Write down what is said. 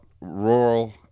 rural